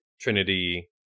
trinity